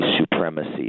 supremacy